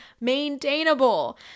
maintainable